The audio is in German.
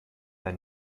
ein